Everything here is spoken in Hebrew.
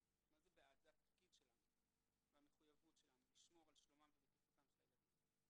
מתפקידנו לשמור על שלומם ובטיחותם של הילדים.